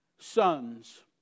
sons